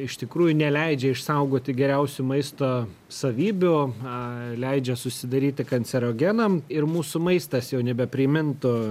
iš tikrųjų neleidžia išsaugoti geriausių maisto savybių a leidžia susidaryti kancerogenam ir mūsų maistas jau nebeprimintų